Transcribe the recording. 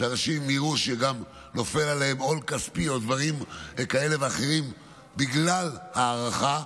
אם אנשים יראו שנופל עליהם עול כספי או דברים כאלה ואחרים בגלל ההארכה,